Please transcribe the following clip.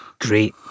Great